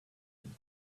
and